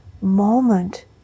moment